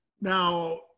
now